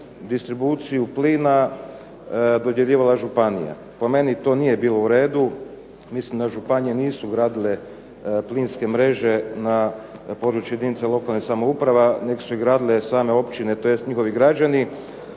distribuciju plina dodjeljivala županija. Po meni to nije bilo u redu. Mislim da županije nisu gradile plinske mreže na području jedinica lokalnih samouprava nego su je gradile same općine tj. njihovi građani,